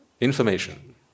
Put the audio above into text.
information